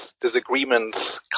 disagreements